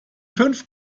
fünf